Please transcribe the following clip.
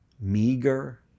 meager